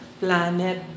planet